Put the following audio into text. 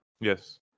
Yes